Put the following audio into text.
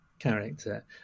character